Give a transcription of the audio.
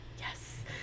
Yes